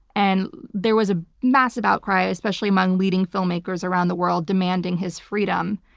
and there was a massive outcry, especially among leading filmmakers around the world, demanding his freedom.